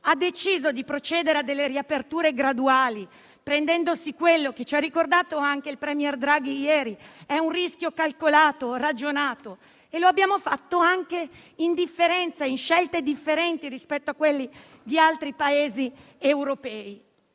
ha deciso di procedere a delle riaperture graduali, prendendo quello che - come ci ha ricordato anche ieri il *premier* Draghi - è un rischio calcolato e ragionato. E lo abbiamo fatto anche assumendo scelte differenti rispetto a quelle di altri Paesi europei.